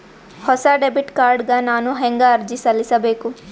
ಹೊಸ debit card ಗ ನಾನು ಹೆಂಗ ಅರ್ಜಿ ಸಲ್ಲಿಸಬೇಕು?